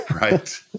Right